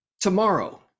tomorrow